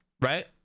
Right